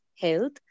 health